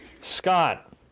Scott